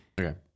okay